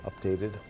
updated